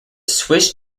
swiss